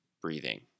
breathing